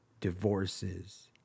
divorces